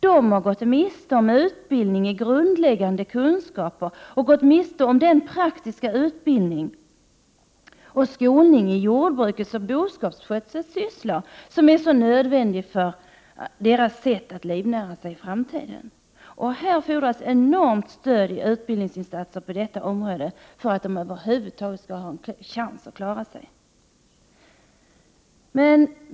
De har gått miste om utbildning i grundläggande kunskaper och om den praktiska utbildningen och skolningen i jordbrukets och boskapsskötselns sysslor, som är så nödvändiga för deras sätt att livnära sig i framtiden. Här fordras ett enormt stöd i utbildningsinsatser på dessa områden för att de över huvud taget skall ha en chans att klara sig.